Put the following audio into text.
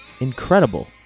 incredible